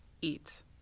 eat